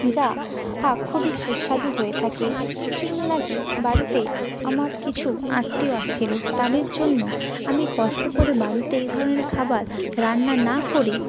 যা হা খুবই সুস্বাদু হয়ে থাকে কিছুদিন আগে বাড়িতে আমার কিছু আত্মীয় আসছিলো তাদের জন্য আমি কষ্ট করে বাড়িতে এই ধরনের খাবার রান্না না করে